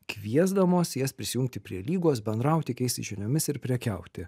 kviesdamos jas prisijungti prie lygos bendrauti keistis žiniomis ir prekiauti